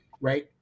right